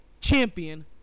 champion